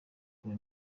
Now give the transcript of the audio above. kure